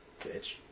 Bitch